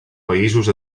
països